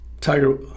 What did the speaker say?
Tiger